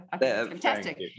Fantastic